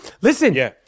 Listen